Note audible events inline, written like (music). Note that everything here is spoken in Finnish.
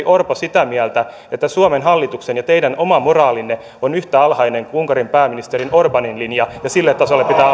(unintelligible) orpo sitä mieltä että suomen hallituksen ja teidän oma moraalinne on yhtä alhainen kuin unkarin pääministeri orbanin linja ja sille tasolle pitää (unintelligible)